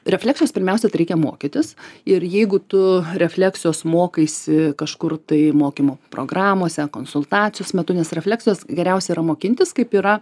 refleksijos pirmiausia reikia mokytis ir jeigu tu refleksijos mokaisi kažkur tai mokymo programose konsultacijos metu nes refleksijos geriausia yra mokintis kaip yra